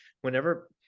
whenever